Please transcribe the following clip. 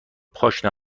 پاشنه